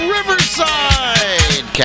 Riverside